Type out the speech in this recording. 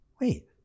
Wait